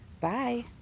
Bye